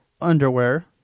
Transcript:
Underwear